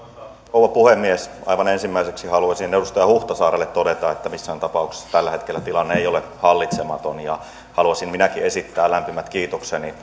rouva puhemies aivan ensimmäiseksi haluaisin edustaja huhtasaarelle todeta että missään tapauksessa tällä hetkellä tilanne ei ole hallitsematon ja haluaisin minäkin esittää lämpimät kiitokseni